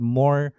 more